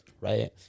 right